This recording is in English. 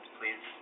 please